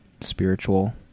spiritual